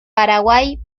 paraguay